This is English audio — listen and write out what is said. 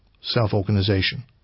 Self-organization